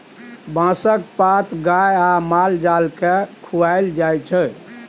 बाँसक पात गाए आ माल जाल केँ खुआएल जाइ छै